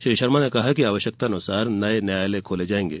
श्री शर्मा ने कहा कि आवश्यकतानुसार नये न्यायालय खोले जायेंगे